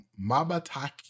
Mabataki